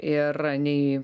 ir nei